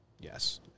Yes